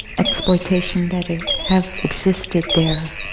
exploitation that ah have existed there.